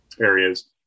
areas